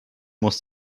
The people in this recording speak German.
muss